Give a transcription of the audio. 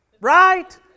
Right